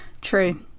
True